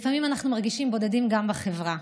לפעמים אנחנו מרגישים בודדים גם בחברה.